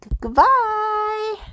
Goodbye